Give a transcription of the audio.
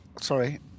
sorry